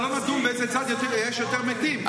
הוא אמר: אנחנו לא נדון באיזה צד יש יותר מתים,